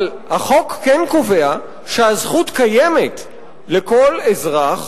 אבל החוק כן קובע שהזכות קיימת לכל אזרח